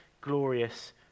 glorious